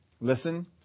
Listen